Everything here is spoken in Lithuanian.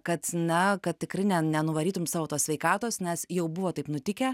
kad na kad tikrai ne nenuvarytum savo tos sveikatos nes jau buvo taip nutikę